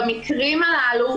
במקרים הללו,